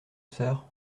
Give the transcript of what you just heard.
sœur